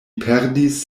perdis